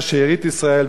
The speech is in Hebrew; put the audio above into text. ואל יאבד ישראל,